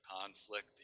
conflict